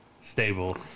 stable